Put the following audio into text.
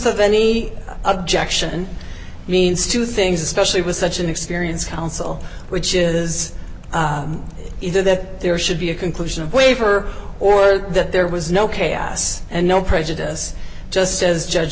of any objection means two things especially with such an experience counsel which is either that there should be a conclusion of waiver or that there was no chaos and no prejudice just says judge